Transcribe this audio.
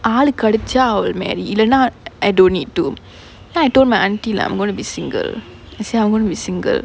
ஆளு கெடச்சா:aalu kedachaa I will marry இல்லனா:illana I don't need to then I told my auntie lah I'm going to be single I say I want to be single